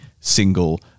single